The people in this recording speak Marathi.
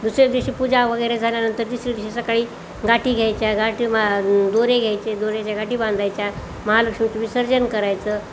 दुसऱ्या दिवशी पूजा वगैरे झाल्यानंतर तिसऱ्या दिवशी सकाळी गाठी घ्यायच्या गाठी मा दोरे घ्यायचे दोऱ्याच्या गाठी बांधायच्या महालक्ष्मीचं विसर्जन करायचं